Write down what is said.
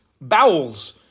bowels